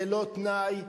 ללא תנאי,